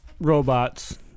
robots